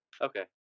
Okay